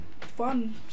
Fun